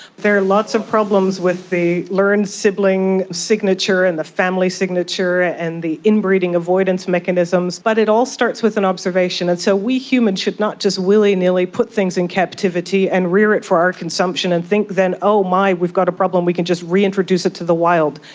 there are lots of problems with the learned sibling signature and the family signature and the inbreeding avoidance mechanisms, but it all starts with an observation. and so we humans should not just willy-nilly put things in captivity and rear it for our consumption and think then, oh my, we've got a problem, we can just reintroduce it to the wild.